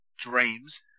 dreams